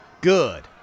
good